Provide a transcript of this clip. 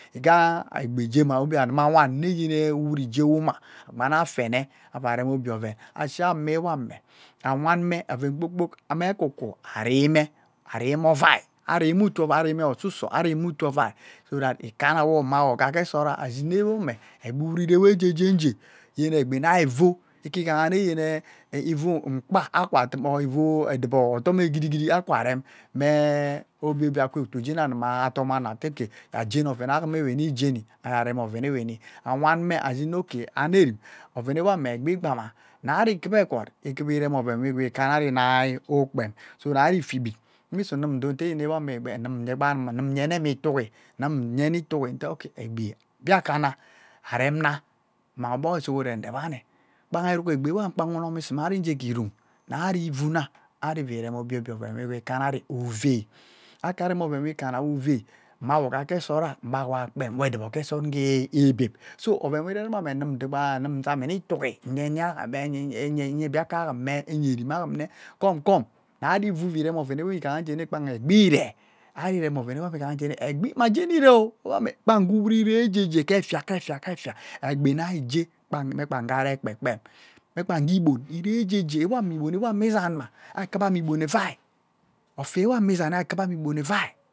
Ighaa egbi jie-ma anuavawaine ũwut jewuma, Agbai-ne. Afene Averem obie oven. Ashwu-wanne, Awane oven kpoi kpo, Arume arume ovai arume otu-ovai arume ususo arume to-ovai so that ikanna-wo mawoga gesora, ashin neawame egbi uwut irewo ejeje njea, yen egbi nai ivu ikegha yene ivu mea-nkpa akwa dum, or ivu-me odum gidi-gidi-gidi akwa rem, meah obie obie awkwu otu-jeni anuma dom-ano ate-ok jeajana oven-awgum weni geni ajea-vem oven-ne weni geni agearem oven-nee Awanme ashimea anerim ovene wameai egbi igbama rareri cuvaa egwut ikuva irem oven wea igwu kanna ari anai ukpem, so rari ifie-ibet. Mesu otaa yene nnewame nnume unyene mea itiigi nnume nyene itugi nte okey egbi biaka nna Mmang ogboge surugurehn ndefani, kpang eruk igbi kpani ũnom isimini ari-je kes irungy rari vuna ari ivu rem obie obie oven-we igwu kanna ari-uvei Akae rem-oven wea-gu kannawo uvei mmawogaa gesora mgba gwoa kpam, mmawogaa gesuraa, wea-edubo gesat igee beeb. So oven wea ireruma nneme dobaa nnume nywene iti-igi nyweyha enyayha enyebiaka augum enyaa erime ne come come rari ivu, ivune ivurem oven-ne enyene kpan egbi iree rari irem ovenwe ighaha jie-na igbi mageni ireo ewanme kpan-ge uwut iregege kefia kefia kefia, egbi nenge mmekpa ngea rear kpekpem mmegba nhge igboon earea egeage, ewam igboon ewee esanma. Arikuvama igboon evai, ofair wame esani arikura igboon evai.